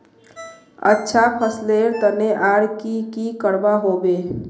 अच्छा फसलेर तने आर की की करवा होबे?